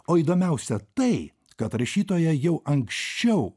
o įdomiausia tai kad rašytoja jau anksčiau